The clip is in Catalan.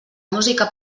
música